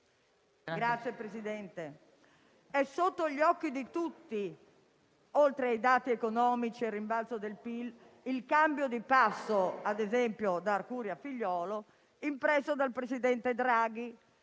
la produttività. È sotto gli occhi di tutti, oltre ai dati economici e al rimbalzo del PIL, il cambio di passo - ad esempio da Arcuri a Figliuolo - impresso dal presidente Draghi,